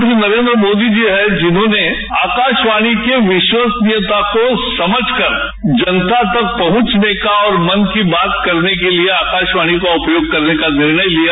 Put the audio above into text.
प्रधानमंत्री नरेन्द्रमोदी जी हैं जिन्होंने आकाशवाणी के विश्वसनीयता को समझकर जनता तक पहुंचने का औरश्मन की बातश करने के लिए आकाशवाणी का उपयोग करने का निर्णय लिया